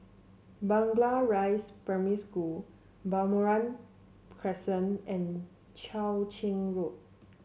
Blangah Rise Primary School Balmoral Crescent and Cheow Keng Road